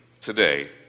today